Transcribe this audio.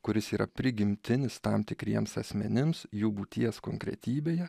kuris yra prigimtinis tam tikriems asmenims jų būties konkretybėje